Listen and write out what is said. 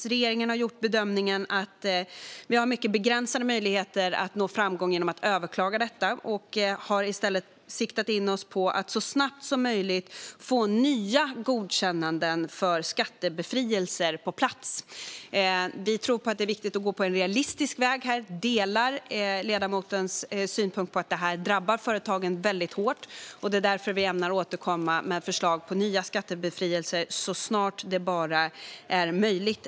Vi i regeringen har gjort bedömningen att vi har mycket begränsade möjligheter att nå framgång genom att överklaga. Vi har i stället siktat in oss på att så snabbt som möjligt få nya godkännanden för skattebefrielser på plats. Vi tror på att det är viktigt att gå på en realistisk väg här. Jag delar ledamotens synpunkt att det drabbar företagen väldigt hårt. Det är därför vi ämnar återkomma med förslag på nya skattebefrielser så snart det bara är möjligt.